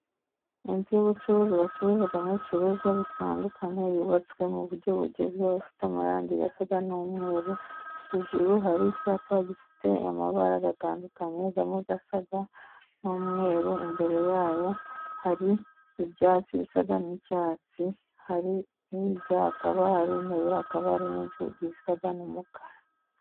Inzu y'ubucuruzi bacuruzamo ibicuruzwa bitandukanye, yubatswe mu buryo bugezweho, ifite amarangi asa n'umweru, hejuru har'icyapa gifite amabara atandukanye, amwe asa n'umweru, imbere yayo hari ibyatsi bisa n'icyatsi, hirya hakaba hari intebe, hakaba hari n'inzugi zisa n'umukara.